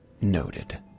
Noted